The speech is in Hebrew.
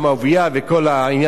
"וחי אחיך עמך".